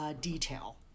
detail